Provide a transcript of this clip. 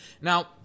Now